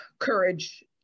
Courage